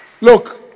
Look